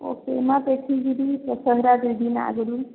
ଓ ହୋ ନା ଦେଖି ଯିବି ଦଶହରା ଯିବି ନା ଆଗରୁ